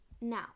now